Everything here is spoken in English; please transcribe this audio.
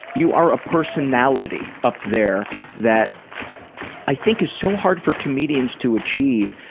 you are a personality up there that i think is so hard for comedians to achieve,